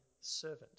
servant